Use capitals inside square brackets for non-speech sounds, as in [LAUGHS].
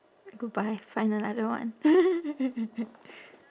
goodbye find another one [LAUGHS]